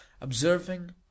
observing